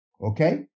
okay